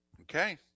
Okay